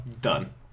done